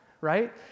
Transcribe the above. right